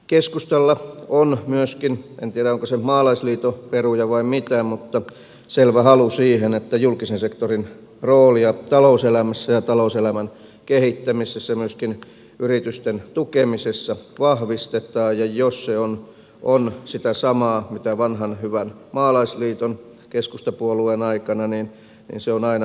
keskustalla on myöskin en tiedä onko se maalaisliiton peruja vai mitä selvä halu siihen että julkisen sektorin roolia talouselämässä ja talouselämän kehittämisessä ja myöskin yritysten tukemisessa vahvistetaan ja jos se on sitä samaa kuin vanhan hyvän maalaisliiton keskustapuolueen aikana niin se on aina tervetullutta